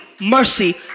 mercy